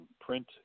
print